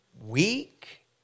weak